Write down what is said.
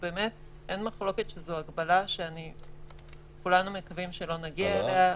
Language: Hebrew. שבאמת אין מחלוקת שזו הגבלה שכולנו מקווים שלא נגיע אליה --- הלאה.